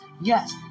yes